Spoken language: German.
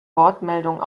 wortmeldung